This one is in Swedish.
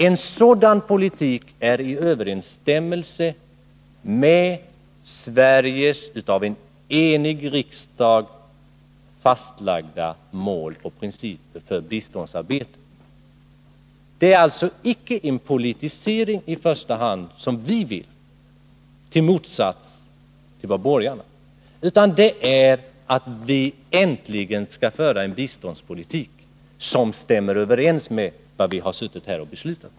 En sådan politik är i överensstämmelse med Sveriges av en enig riksdag fastlagda mål och principer för biståndsarbetet. Det är alltså icke en politisering som vi i första hand önskar, i motsats till borgarna, utan vad vi vill är att man äntligen skall föra en biståndspolitik som stämmer överens med vad vi här har fattat beslut om.